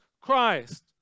Christ